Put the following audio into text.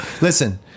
listen